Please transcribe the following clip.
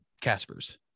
Casper's